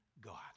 God